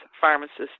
pharmacists